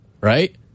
right